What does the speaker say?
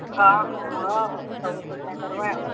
ହଁ ହଁ ହଉ ହଉ ସବୁ ସୁବିଧା କରିବା ଆଉ